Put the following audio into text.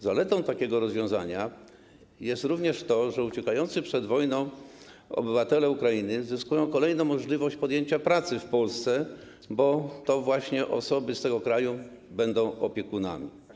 Zaletą takiego rozwiązania jest również to, że uciekający przed wojną obywatele Ukrainy zyskują kolejną możliwość podjęcia pracy w Polsce, bo to właśnie osoby z tego kraju będą opiekunami.